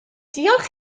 diolch